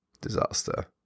Disaster